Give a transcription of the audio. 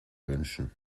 wünschen